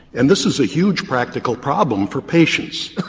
and this is a huge practical problem for patients.